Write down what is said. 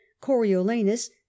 coriolanus